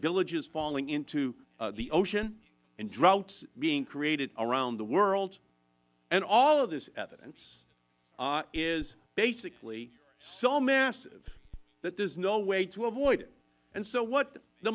villages falling into the ocean and droughts being created around the world and all of this evidence is basically so massive that there is no way to avoid it and so what the